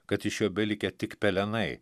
kad iš jo belikę tik pelenai